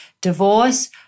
divorce